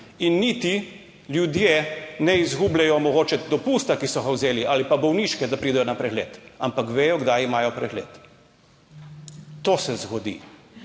In niti ljudje ne izgubljajo mogoče dopusta, ki so ga vzeli ali pa bolniške, da pridejo na pregled, ampak vedo, kdaj imajo pregled. To se zgodi,